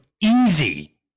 easy